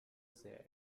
sehr